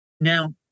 Now